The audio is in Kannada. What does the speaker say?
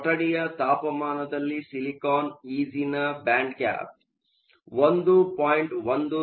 ಕೊಠಡಿಯ ತಾಪಮಾನದಲ್ಲಿ ಸಿಲಿಕಾನ್ ಇಜಿನ ಬ್ಯಾಂಡ್ ಗ್ಯಾಪ್1